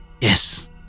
Yes